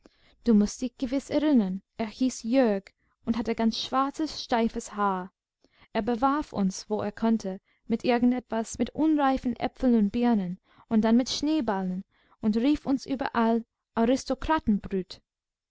du mußt dich gewiß erinnern er hieß jörg und hatte ganz schwarzes steifes haar er bewarf uns wo er konnte mit irgend etwas mit unreifen äpfeln und birnen und dann mit schneeballen und rief uns überall